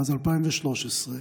מאז 2013,